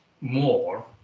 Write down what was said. more